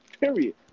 Period